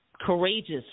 courageous